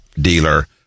dealer